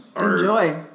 enjoy